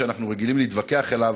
שאנחנו רגילים להתווכח עליו,